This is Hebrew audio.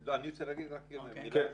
אני רוצה להגיד מילה אחת.